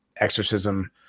exorcism